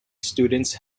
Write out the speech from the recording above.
students